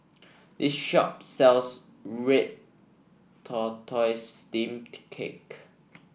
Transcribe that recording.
this shop sells Red Tortoise Steamed Cake